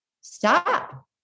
stop